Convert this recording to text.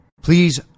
Please